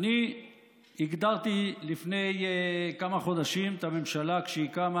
אני הגדרתי לפני כמה חודשים את הממשלה כשהיא קמה